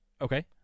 Okay